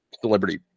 celebrity